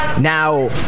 Now